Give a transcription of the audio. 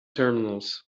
terminals